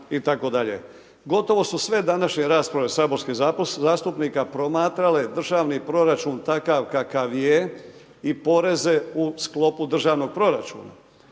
Gotovo su sve današnje rasprave od saborskih zastupnika promatrale državni proračun takav kakav je i poreze u sklopu državnog proračuna.